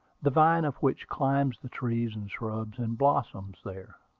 the vine of which climbs the trees and shrubs, and blossoms there.